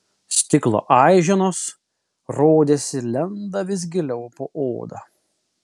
stiklo aiženos rodėsi lenda vis giliau po oda